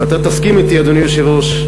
אדוני היושב-ראש,